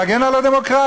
תגן על הדמוקרטיה.